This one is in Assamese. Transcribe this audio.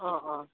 অঁ অঁ